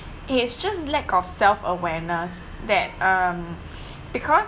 it's just lack of self awareness that um because